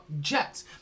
Jets